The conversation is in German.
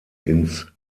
ins